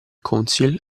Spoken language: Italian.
council